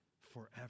forever